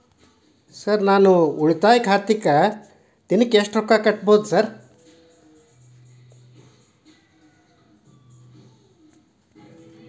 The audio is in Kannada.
ಸರ್ ನಾನು ಉಳಿತಾಯ ಖಾತೆಗೆ ದಿನಕ್ಕ ಎಷ್ಟು ರೊಕ್ಕಾ ಕಟ್ಟುಬಹುದು ಸರ್?